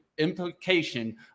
implication